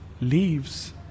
leaves